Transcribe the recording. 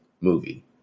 movie